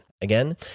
Again